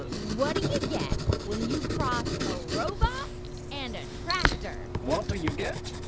but what do you get when you cross a robot and a tractor? what do you get?